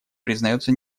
признается